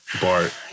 Bart